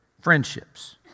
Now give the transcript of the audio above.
friendships